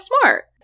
smart